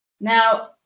Now